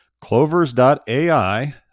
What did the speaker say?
Clovers.ai